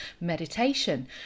meditation